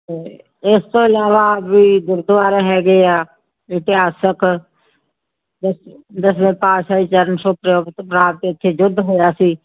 ਅਤੇ ਇਸ ਤੋਂ ਇਲਾਵਾ ਵੀ ਗੁਰਦੁਆਰਾ ਹੈਗੇ ਆ ਇਤਿਹਾਸਿਕ ਦਸ ਦਸਵੇਂ ਪਾਤਸ਼ਾਹੀ ਚਰਨ ਸ਼ੋ ਪ੍ਰਾਪਤ ਕੇ ਇੱਥੇ ਯੁੱਧ ਹੋਇਆ ਸੀ